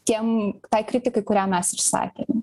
tiem kritikai kurią mes išsakėm